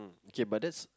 okay but that's